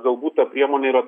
galbūt ta priemonė yra